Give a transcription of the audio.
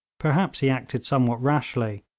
perhaps he acted somewhat rashly,